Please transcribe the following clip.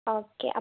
okay